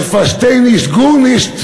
איך פארשטיי נישט גארנישט,